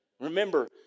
Remember